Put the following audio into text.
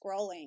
scrolling